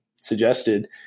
suggested